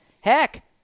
heck